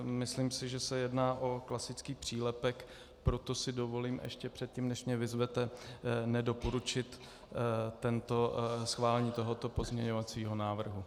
Myslím si, že se jedná o klasický přílepek, proto si dovolím ještě předtím, než mě vyzvete, nedoporučit schválení tohoto pozměňovacího návrhu.